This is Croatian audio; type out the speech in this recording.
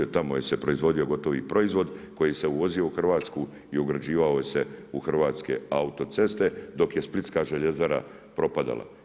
Tamo se izvozio gotovi proizvod koji se uvozio u Hrvatsku i ugrađivao se u Hrvatske autoceste dok je Splitska željezara propadala.